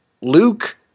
Luke